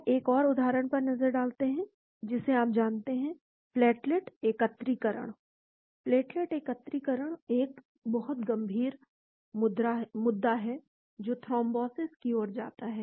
अब एक और उदाहरण पर नजर डालते हैं जिसे आप जानते हैं प्लेटलेट एकत्रीकरण प्लेटलेट एकत्रीकरण एक बहुत गंभीर मुद्दा है जो थ्राम्बोसिस की ओर जाता है